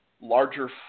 larger